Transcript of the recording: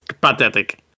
Pathetic